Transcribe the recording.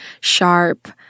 sharp